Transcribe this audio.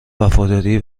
وفاداری